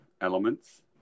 elements